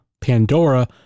Pandora